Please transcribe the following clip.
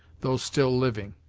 though still living.